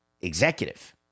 executive